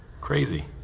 Crazy